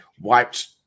wiped